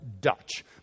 Dutch